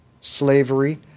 slavery